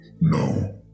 no